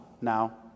now